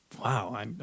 wow